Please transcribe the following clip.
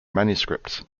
manuscripts